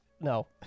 no